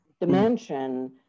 dimension